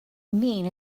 mean